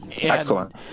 Excellent